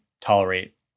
tolerate